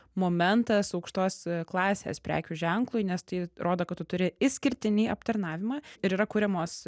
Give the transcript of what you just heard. momentas aukštos klasės prekių ženklui nes tai rodo kad tu turi išskirtinį aptarnavimą ir yra kuriamos